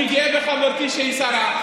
אני גאה בחברתי שהיא שרה.